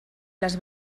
les